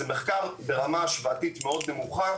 זה מחקר ברמה השוואתית מאוד נמוכה,